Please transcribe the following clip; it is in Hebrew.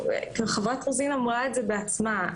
חברת הכנסת רוזין אמרה זאת בעצמה,